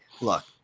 look